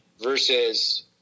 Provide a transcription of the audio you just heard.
versus